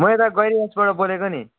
म यता गैरीबासबाट बोलेको नि